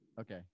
okay